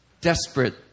desperate